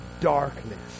darkness